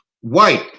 white